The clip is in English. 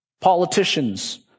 Politicians